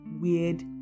weird